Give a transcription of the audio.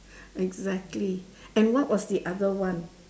exactly and what was the other one